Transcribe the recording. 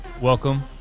Welcome